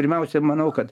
pirmiausia manau kad